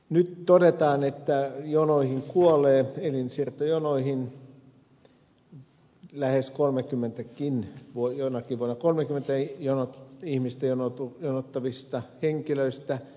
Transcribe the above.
nyt todetaan että elinsiirtojonoihin kuolee lähes kolmekymmentä voi olla kolmekymmentäkin ihmistä jonottavista henkilöistä